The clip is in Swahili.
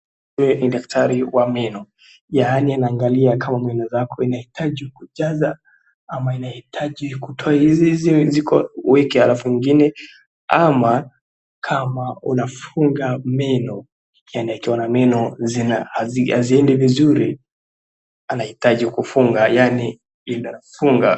Huyu ni daktari wa meno yaani anaangalia kama meno zako zinahitaji kujaza ama inahitaji kutolewa hizi ziko weak halafu ingine ama kama unafunga meno, yani meno kama haziendi vizuri, anahitaji kufunga yani lina funga.